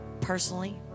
personally